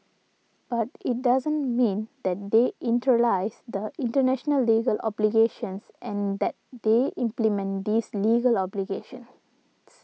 but it doesn't mean that they internalise the international legal obligations and that they implement these legal obligations